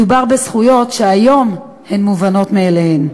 מדובר בזכויות שהיום הן מובנות מאליהן.